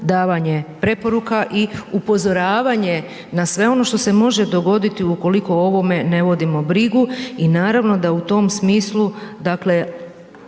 davanje preporuka i upozoravanje na sve ono što se može dogoditi ukoliko o ovome ne vodimo brigu i naravno da u tom smislu, dakle,